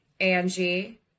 Angie